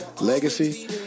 Legacy